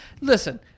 Listen